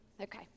Okay